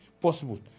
possible